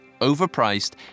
overpriced